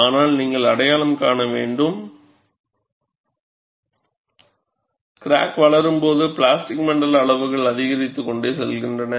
ஆனால் நீங்கள் அடையாளம் காண வேண்டும் கிராக் வளரும்போது பிளாஸ்டிக் மண்டல அளவுகள் அதிகரித்துக்கொண்டே செல்கின்றன